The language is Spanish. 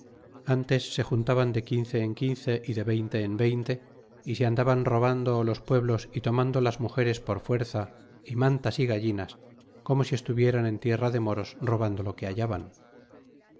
antes se juntaban de quince en quince y de veinte en veinte y se andaban robando los pueblos y tomando las mugeres por fuerza y mantas y gallinas como si estuvieran en tierra de moros robando lo que hallaban